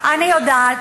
אני יודעת,